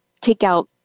takeout